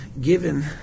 given